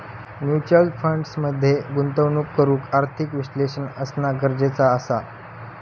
mutual fund मध्ये गुंतवणूक करूक आर्थिक विश्लेषक असना गरजेचा असा